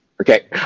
okay